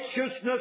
righteousness